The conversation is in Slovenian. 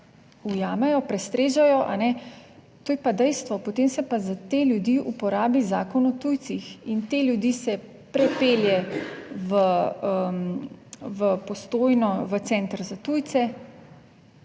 ujamejo, prestrežejo, kajne, to je pa dejstvo. Potem se pa za te ljudi uporabi Zakon o tujcih in te ljudi se prepelje v Postojno v center za tujce,